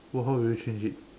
what how would you change it